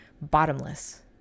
bottomless